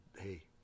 hey